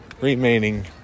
remaining